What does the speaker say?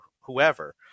whoever